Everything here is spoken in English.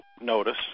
notice